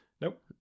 Nope